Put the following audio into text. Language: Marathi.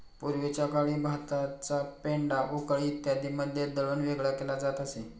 पूर्वीच्या काळी भाताचा पेंढा उखळ इत्यादींमध्ये दळून वेगळा केला जात असे